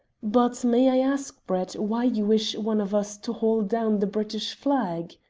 but may i ask, brett, why you wish one of us to haul down the british flag?